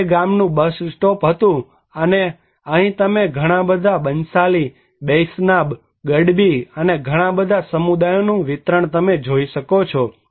આ તે ગામનું બસ સ્ટોપ હતું અને અહીં તમે ઘણા બધા બંસાલી બૈષ્નાબ ગડબી અને ઘણા બધા સમુદાયોનું વિતરણ તમે જોઈ શકો છો